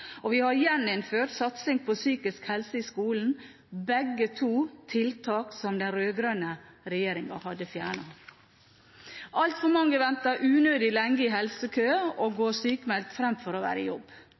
og vi har gjeninnført satsingen på psykisk helse i skolen – begge to tiltak som den rød-grønne regjeringen hadde fjernet. Altfor mange venter unødig lenge i helsekø og